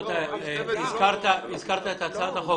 הזכרת את הצעת החוק.